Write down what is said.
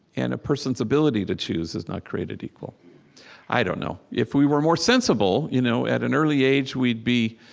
and a person's ability to choose is not created equal i don't know, if we were more sensible, you know at an early age we'd be